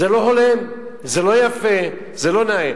זה לא הולם, זה לא יפה, זה לא נאה.